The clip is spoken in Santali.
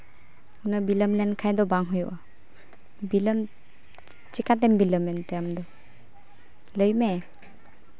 ᱩᱱᱟᱹᱜ ᱵᱤᱞᱟᱹᱢ ᱞᱮᱱᱠᱷᱟᱡ ᱫᱚ ᱵᱟᱝ ᱦᱩᱭᱩᱜᱼᱟ ᱵᱤᱞᱟᱹᱢ ᱪᱤᱠᱟᱹᱛᱮᱢ ᱵᱤᱞᱟᱹᱢᱮᱱᱟ ᱟᱢᱫᱚ ᱞᱟᱹᱭᱢᱮ